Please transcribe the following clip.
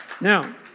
now